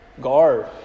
guard